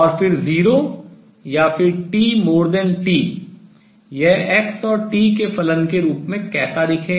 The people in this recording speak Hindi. और फिर 0 या फिर tT यह x और t के फलन के रूप में कैसा दिखेगा